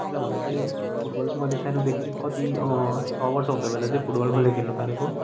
किनभने चाहिँ फुटबल चाहिँ मैले सानोदेखि कति छ वर्ष हुँदा बेला चाहिँ फुटबल मैले खेल्न थालेको